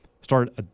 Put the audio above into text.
start